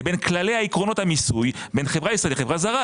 לבין כללי עקרונות המיסוי בין חברה ישראלית לחברה זרה.